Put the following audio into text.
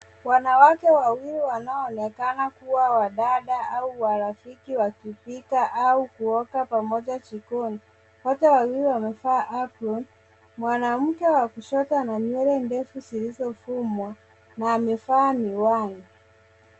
Wanawake wawili wanaoonekana kuwa wadada au warafiki wakipika au kuoka pamoja jikoni. Wote wawili wamevaa apron , mwanamke wa kushoto ana nywele ndefu zilizofumwa na amevaa miwani.